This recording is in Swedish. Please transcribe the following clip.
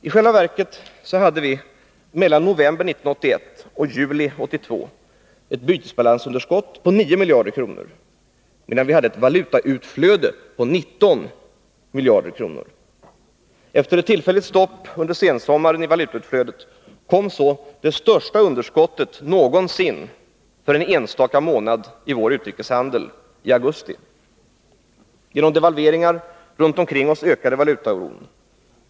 I själva verket hade vi mellan november 1981 och juli 1982 ett bytesbalansunderskott på 9 miljarder kronor, medan vi hade ett valutautflöde på 19 miljarder kronor. Efter ett tillfälligt stopp under sommaren i valutautflödet kom så i augusti det största underskottet någonsin för en enstaka månad i vår utrikeshandel. Genom devalveringar runt omkring oss ökade valutaoron.